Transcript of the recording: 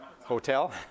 hotel